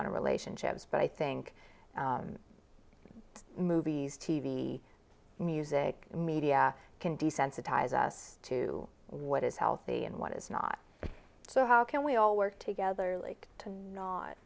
in relationships but i think movies t v music media can desensitize us to what is healthy and what is not so how can we all work together like to not